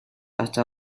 hasta